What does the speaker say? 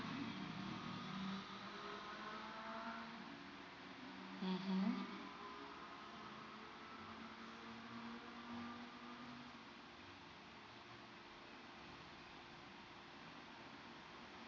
mmhmm